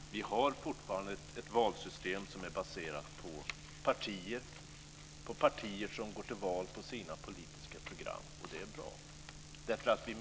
Vi har i Sverige fortfarande ett valsystem som är baserat på partier som går till val på sina politiska program, och det är bra.